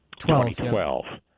2012